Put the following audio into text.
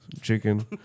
chicken